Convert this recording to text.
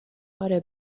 آره